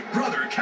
Brother